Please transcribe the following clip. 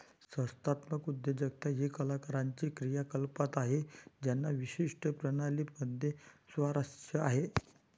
संस्थात्मक उद्योजकता ही कलाकारांची क्रियाकलाप आहे ज्यांना विशिष्ट प्रणाली मध्ये स्वारस्य आहे